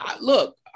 Look